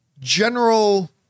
general